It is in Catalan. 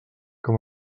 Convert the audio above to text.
com